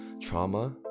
trauma